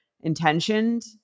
intentioned